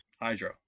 Hydro